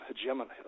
hegemony